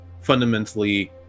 Fundamentally